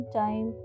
time